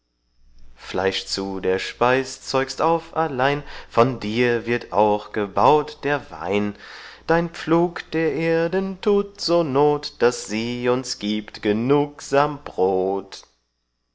fleisch zu der speis zeugst auf allein von dir wird auch gebaut der wein dein pflug der erden tut so not daß sie uns gibt genugsam brod